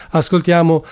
ascoltiamo